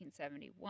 1971